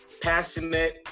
passionate